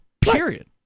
Period